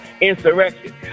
insurrection